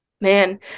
Man